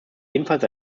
ebenfalls